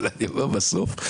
אבל בסוף,